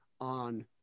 on